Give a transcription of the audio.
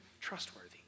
trustworthy